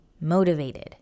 motivated